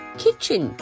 kitchen